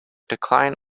decline